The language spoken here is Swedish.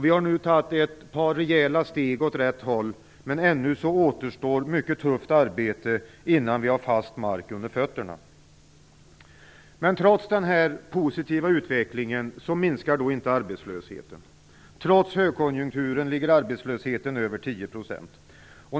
Vi har nu tagit ett par rejäla steg åt rätt håll, men ännu återstår mycket tufft arbete innan vi har fast mark under fötterna. Men trots denna positiva utveckling minskar inte arbetslösheten. Trots högkonjunkturen ligger arbetslösheten över 10 %.